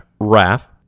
Wrath